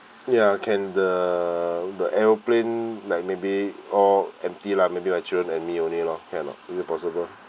ya can the the aeroplane like maybe all empty lah maybe my children and me only loh can or not is it possible